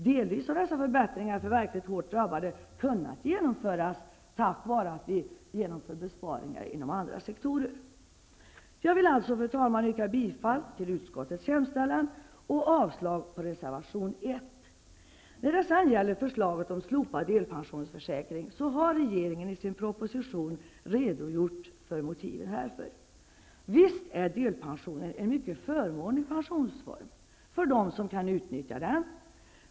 Delvis har dessa förbättringar för verkligt hårt drabbade kunnat genomföras tack vare besparingar inom andra sektorer. Fru talman! Jag yrkar bifall till utskottets hemställan och avslag på reservation 1. Regeringen har i propositionen redogjort för motiven till förslaget om slopad delpensionsförsäkring. Visst är delpensionen en mycket förmånlig pensionsform för dem som kan utnyttja den.